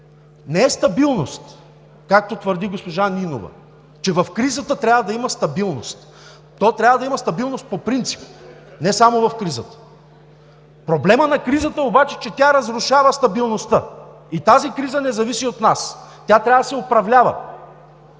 не е стабилност, както твърди госпожа Нинова, че в кризата трябва да има стабилност. То трябва да има стабилност по принцип, не само в кризата. Проблемът на кризата обаче е, че тя разрушава стабилността. И тази криза не зависи от нас. Тя трябва да се управлява.